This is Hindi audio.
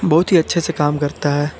बहुत ही अच्छे से काम करता है